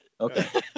Okay